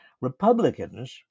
Republicans